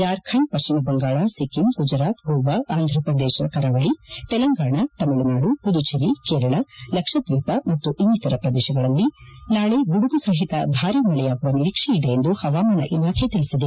ಜಾರ್ಖಂಡ್ ಪಶ್ವಿಮ ಬಂಗಾಳ ಸಿಕ್ಕಿಂ ಗುಜರಾತ್ ಗೋವಾ ಅಂಧ್ರಪ್ರದೇಶ ಕರಾವಳಿ ತೆಲಂಗಾಣ ತಮಿಳುನಾಡು ಮದುಚರಿ ಕೇರಳ ಲಕ್ಷರ್ತೀಪ ಮತ್ತು ಇನ್ನಿತರ ಪ್ರದೇಶಗಳಲ್ಲಿ ನಾಳೆ ಗುಡುಗುಸಒತ ಭಾರಿ ಮಳೆಯಾಗುವ ನಿರೀಕ್ಷೆ ಇದೆ ಎಂದು ಪವಾಮಾನ ಇಲಾಖೆ ತಿಳಿಸಿದೆ